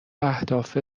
اهداف